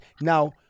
now